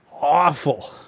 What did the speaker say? awful